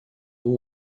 его